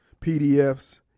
PDFs